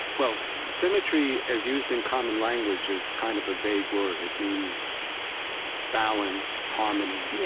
well, symmetry as used in common language is kind of a vague word. it means balance, harmony, yeah